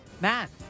Matt